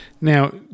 Now